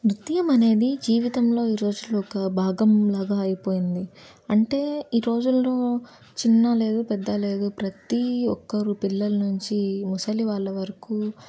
నృత్యం అనేది జీవితంలో ఈ రోజుల్లో ఒక భాగం లాగా అయిపోయింది అంటే ఈ రోజుల్లో చిన్నా లేదు పెద్దా లేదు ప్రతీ ఒక్కరు పిల్లల్నుంచి ముసలి వాళ్ళ వరుకు